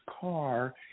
car